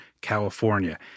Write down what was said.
California